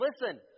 Listen